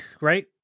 right